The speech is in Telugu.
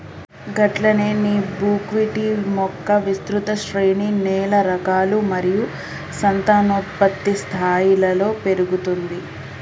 గట్లనే నీ బుక్విట్ మొక్క విస్తృత శ్రేణి నేల రకాలు మరియు సంతానోత్పత్తి స్థాయిలలో పెరుగుతుంది